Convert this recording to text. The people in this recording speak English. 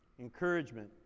Encouragement